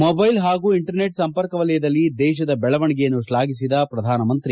mobile ಹಾಗೂ internet ಸಂಪರ್ಕ ವಲಯದಲ್ಲಿ ದೇಶದ ಬೆಳವಣಿಗೆಯನ್ನು ಶ್ಲಾಘಿಸಿದ ಪ್ರಧಾನಮಂತ್ರಿ